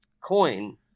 coin